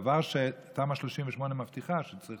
דבר שתמ"א 38 מבטיחה, כי צריך